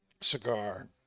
cigar